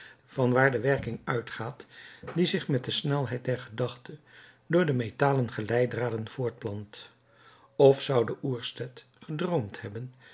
vanwaar de werking uitgaat die zich met de snelheid der gedachte door de metalen geleiddraden voortplant of zoude oerstedt gedroomd hebben